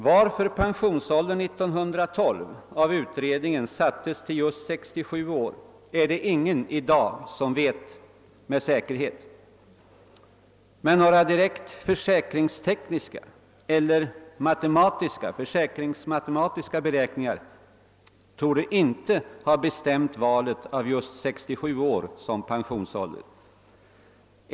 Varför pensionsåldern år 1912 av utredningen sattes till just 67 år är det ingen i dag som vet med säkerhet, men några direkt försäkringstekniska eller försäkringsmatematiska beräkningar torde inte ha bestämt valet av just 67 år som pensionsålder.